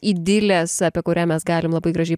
idilės apie kurią mes galim labai gražiai